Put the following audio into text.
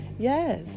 Yes